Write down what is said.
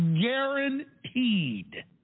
Guaranteed